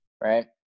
right